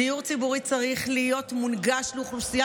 דיור ציבורי צריך להיות מונגש לאוכלוסייה